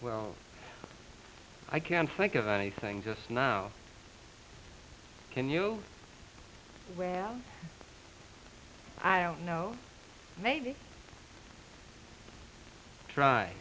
well i can't think of anything just now can you well i don't know maybe try